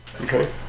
Okay